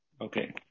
Okay